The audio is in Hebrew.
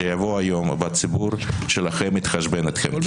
שיבוא היום והציבור שלכם יתחשבן אתכם,